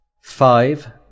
five